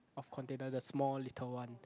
of container the small little one